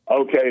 okay